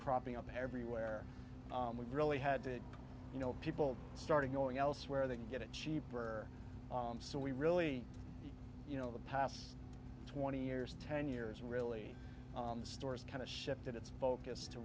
cropping up everywhere and we really had to you know people started going elsewhere they could get it cheaper so we really you know the past twenty years ten years really the stores kind of shifted its focus to